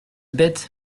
bête